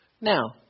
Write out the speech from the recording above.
Now